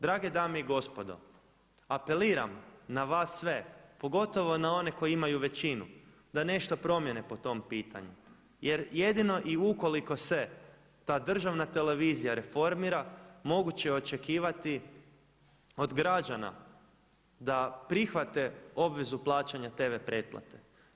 Drage dame i gospodo, apeliram na vas sve, pogotovo na one koji imaju većinu da nešto promjene po tom pitanju jer jedino i ukoliko se ta državna televizija reformira moguće je očekivati od građana da prihvate obvezu plaćanja tv pretplate.